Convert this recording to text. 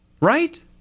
right